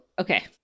Okay